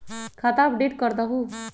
खाता अपडेट करदहु?